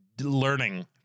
learning